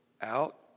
out